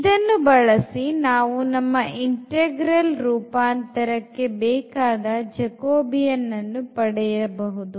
ಇದನ್ನು ಬಳಸಿ ನಾವು ನಮ್ಮ ಇಂಟೆಗ್ರಾಲ್ ರೂಪಾಂತರಕ್ಕೆ ಬೇಕಾದ jacobian ಅನ್ನು ಕೂಡ ಪಡೆಯಬಹುದು